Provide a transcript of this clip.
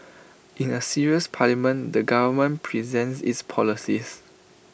in A serious parliament the government presents its policies